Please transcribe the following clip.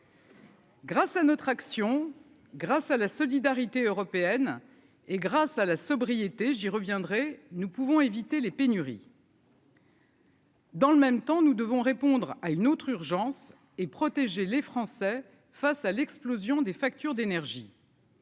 Grâce à notre action, grâce à la solidarité européenne et grâce à la sobriété, j'y reviendrai, nous pouvons éviter les pénuries. Dans le même temps, nous devons répondre à une autre urgence et protéger les Français face à l'explosion des factures d'énergie.